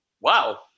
wow